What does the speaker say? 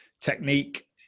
technique